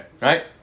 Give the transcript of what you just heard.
right